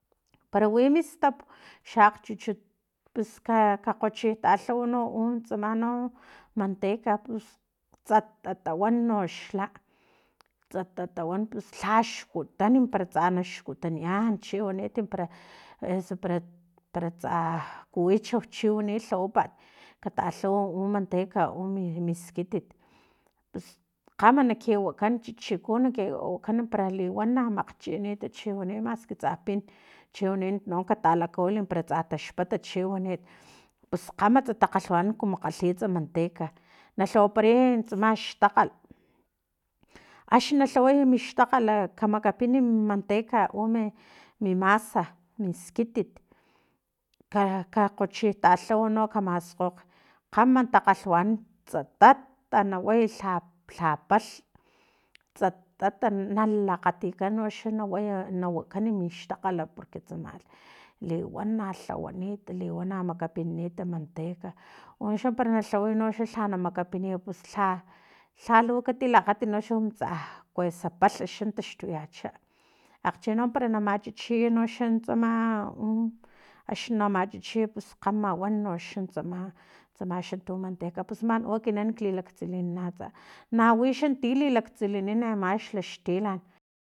Para wi mistap xa akgchuchut pus ka ka kgochi talhaw no u tsama no manteca pus tsatatawan noxla tsatatawan pus lhaxkutan para tsa naxkutanian para chiwani eso para para tsa kuwichau para chiwani lhawapat katalhaw u manteca u miskitit pus kgama na kiwakan chichiku nawakan para liwana makgchinita chiwani maski pin chiwani na ka talakawil para tsa taxpat para chiwani pus kgamatsa takgalhwana kumu kgalhitsa manteca na lhawaparaya tsama xtakgal axni na lhawya mixtakgal kamakapini mi manteca u mi masa miskitit ka ka kgochitalhaw no ka maskgokg kgama takgalhwanan tsatata naway lha lhapalh tsatata nalakgatikan noxa na way na wakan mixtakgal porque tsama liwana lhawanit liwana makapinit manteca uxa para na lhawaya no lha na makapiniy pus lha lhalu katilakgat noxa kumu tsa kuesa palha noxa taxtuyacha akgcheno para na machichiy noxa tsa n axni na machichiy pus kgama wan noxa tsama tsama no tu manteca pus man u ekinan lilaktsiliya atsa nawi ti lilaktsilinan max xla xtilan